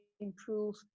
improve